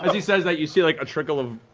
he says that, you see like a trickle of